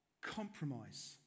compromise